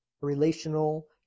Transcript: relational